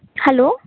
hello